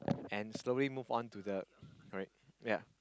and slowly move on to the alright yea